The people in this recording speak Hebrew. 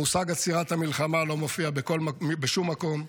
המושג עצירת המלחמה לא מופיע בשום מקום,